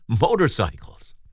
motorcycles